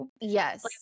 Yes